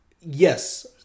Yes